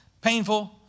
painful